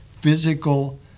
physical